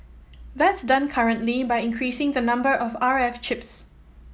that's done currently by increasing the number of R F chips